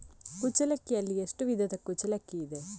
ಕುಚ್ಚಲಕ್ಕಿಯಲ್ಲಿ ಎಷ್ಟು ವಿಧದ ಕುಚ್ಚಲಕ್ಕಿ ಇದೆ?